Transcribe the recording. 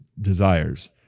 desires